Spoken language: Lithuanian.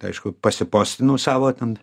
tai aišku pasipostinau savo ten